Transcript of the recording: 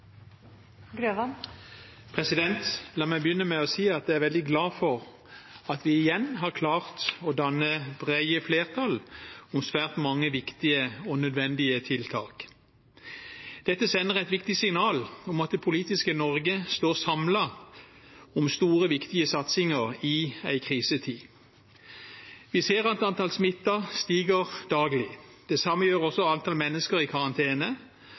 veldig glad for at vi igjen har klart å danne brede flertall for svært mange viktige og nødvendige tiltak. Dette sender et viktig signal om at det politiske Norge står samlet om store, viktige satsinger i en krisetid. Vi ser at antall smittede stiger daglig. Det samme gjør også antall mennesker i karantene,